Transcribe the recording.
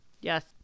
yes